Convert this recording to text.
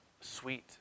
sweet